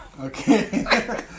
Okay